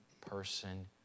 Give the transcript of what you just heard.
person